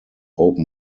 open